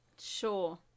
Sure